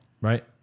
right